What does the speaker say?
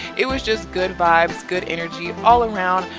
it was just good vibes, good energy all around.